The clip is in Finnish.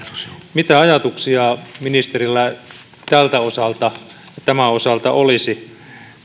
mitä ajatuksia ministerillä tämän osalta olisi